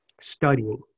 studying